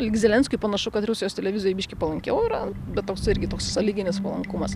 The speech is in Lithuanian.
lyg zelenskiui panašu kad rusijos televizijoj biškį palankiau yra bet toks irgi toks sąlyginis palankumas